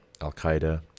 Al-Qaeda